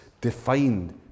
defined